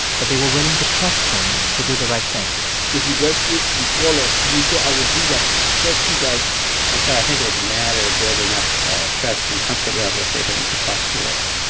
that they were willing to trust him to do the right thing if you get sick, you call us. and he said, i will do that. i trust you guys and so i think it was a matter of building up a trust and comfort level for him to talk to us